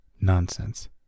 Nonsense